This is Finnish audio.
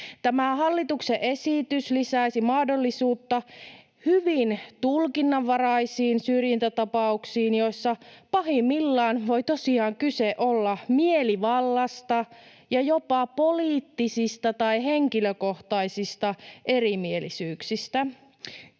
hallituksen esitys lisäisi mahdollisuutta hyvin tulkinnanvaraisiin syrjintätapauksiin, joissa pahimmillaan voi tosiaan kyse olla mielivallasta ja jopa poliittisista tai henkilökohtaisista erimielisyyksistä.